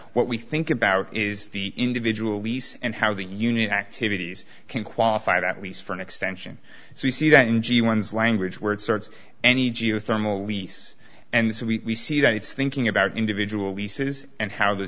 what we think about is the individual lease and how the union activities can qualify that lease for an extension so we see that in g one's language word serves any geothermal lease and so we see that it's thinking about individual leases and ho